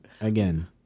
Again